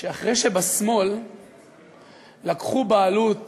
שאחרי שבשמאל לקחו בעלות